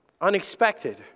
Unexpected